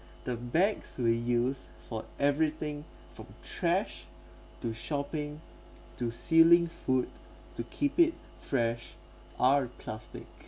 the bags we use for everything from trash to shopping to sealing food to keep it fresh are plastic